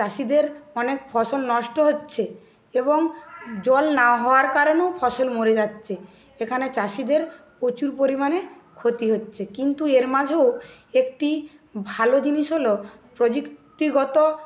চাষিদের অনেক ফসল নষ্ট হচ্ছে এবং জল না হওয়ার কারণেও ফসল মরে যাচ্ছে এখানে চাষিদের প্রচুর পরিমাণে ক্ষতি হচ্ছে কিন্তু এর মাঝেও একটি ভালো জিনিস হলো প্রযুক্তিগত